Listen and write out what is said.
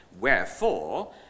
Wherefore